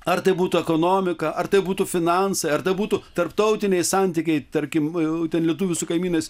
ar tai būtų ekonomika ar tai būtų finansai ar tai būtų tarptautiniai santykiai tarkim ten lietuvių su kaimynais